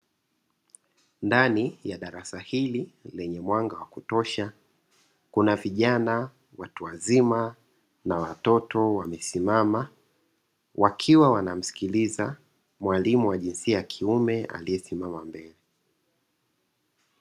Ndani ya darasa hili lenye mwanga wa kutosha kuna vijana, watu wazima na watoto; wamesimama wakiwa wanamsikiliza mwalimu wa jinsia ya kiume aliyesimama mbele.